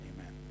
amen